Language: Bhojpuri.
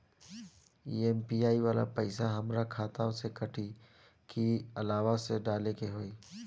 ई.एम.आई वाला पैसा हाम्रा खाता से कटी की अलावा से डाले के होई?